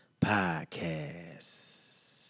Podcast